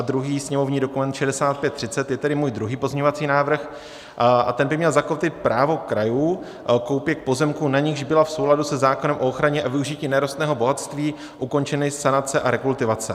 A druhý sněmovní dokument, 6530, je tedy můj druhý pozměňovací návrh a ten by měl zakotvit právo krajů na koupi pozemků, na nichž byly v souladu se zákonem o ochraně a využití nerostného bohatství ukončeny sanace a rekultivace.